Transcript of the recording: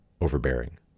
overbearing